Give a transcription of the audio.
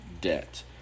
debt